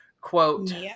Quote